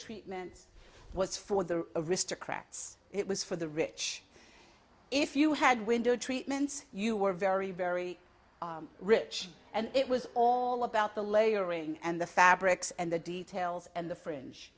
treatments was for the aristocrats it was for the rich if you had window treatments you were very very rich and it was all about the layering and the fabrics and the details and the fr